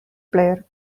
player